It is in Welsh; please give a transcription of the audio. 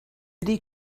ydy